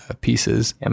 pieces